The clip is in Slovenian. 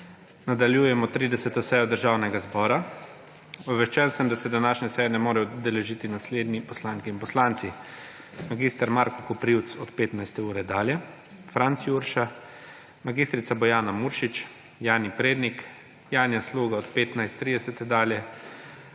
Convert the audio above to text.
Nadaljujemo 30. sejo Državnega zbora. Obveščen sem, da se današnje seje ne morejo udeležiti naslednje poslanke in poslanci: mag. Marko Koprivc od 15. ure dalje, Franc Jurša, mag. Bojana Muršič, Jani Prednik, Janja Sluga od 15.30 dalje,